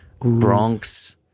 Bronx